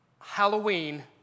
Halloween